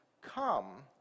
come